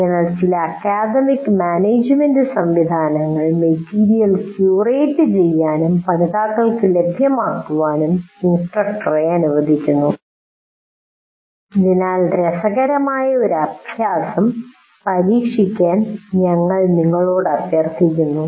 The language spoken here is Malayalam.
അതിനാൽ ചില അക്കാദമിക് മാനേജുമെന്റ് സംവിധാനങ്ങൾ മെറ്റീരിയൽ ക്യൂറേറ്റ് ചെയ്യാനും പഠിതാക്കൾക്ക് ലഭ്യമാക്കാനും ഇൻസ്ട്രക്ടറെ അനുവദിക്കുന്നു അതിനാൽ രസകരമായ ഒരു അഭ്യാസം പരീക്ഷിക്കാൻ ഞങ്ങൾ നിങ്ങളോട് അഭ്യർത്ഥിക്കുന്നു